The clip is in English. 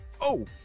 Oh